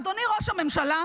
אדוני ראש הממשלה,